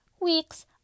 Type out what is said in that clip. weeks